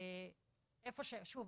שוב,